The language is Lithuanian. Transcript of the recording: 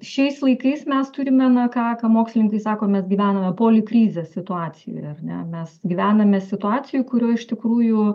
šiais laikais mes turime na ką ką mokslininkai sako mes gyvename polikrizės situacijoj ar ne mes gyvename situacijoj kurioj iš tikrųjų